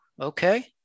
okay